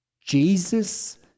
Jesus